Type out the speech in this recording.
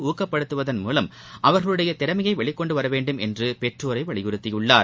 ஊக்கப்படுத்துவதன் மூலம் அவர்களுடையதிறமையைவெளிக்கொண்டுவரவேண்டும் என்றுபெற்றோரைவலியுறுத்தியுள்ளார்